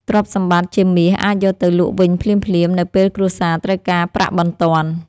ទ្រព្យសម្បត្តិជាមាសអាចយកទៅលក់វិញភ្លាមៗ នៅពេលគ្រួសារត្រូវការប្រាក់បន្ទាន់។